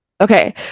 Okay